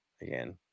again